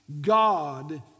God